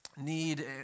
need